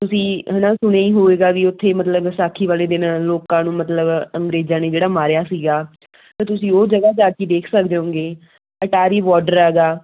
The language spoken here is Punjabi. ਤੁਸੀਂ ਹੈ ਨਾ ਸੁਣਿਆ ਹੀ ਹੋਵੇਗਾ ਵੀ ਉੱਥੇ ਮਤਲਬ ਵਿਸਾਖੀ ਵਾਲੇ ਦਿਨ ਲੋਕਾਂ ਨੂੰ ਮਤਲਬ ਅੰਗਰੇਜ਼ਾਂ ਨੇ ਜਿਹੜਾ ਮਾਰਿਆ ਸੀਗਾ ਤਾਂ ਤੁਸੀਂ ਉਹ ਜਗ੍ਹਾ ਜਾ ਕੇ ਦੇਖ ਸਕਦੇ ਓਂਗੇ ਅਟਾਰੀ ਬੋਡਰ ਹੈਗਾ